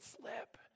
slip